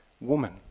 Woman